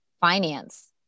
finance